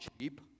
cheap